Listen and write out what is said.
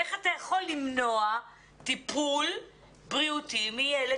איך אתה יכול למנוע טיפול בריאותי מילד,